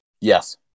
Yes